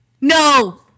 No